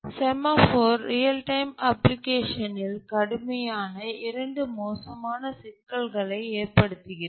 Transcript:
semaphore real டைம்ப application ல் கடுமையான இரண்டு மோசமான சிக்கல்களை ஏற்படுத்துகிறது